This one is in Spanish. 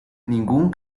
ningún